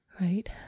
right